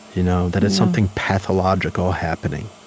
you know that it's something pathological happening.